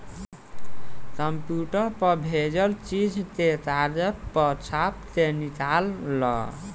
computer पर भेजल चीज के कागज पर छाप के निकाल ल